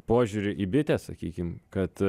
požiūrį į bitę sakykim kad